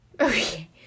Okay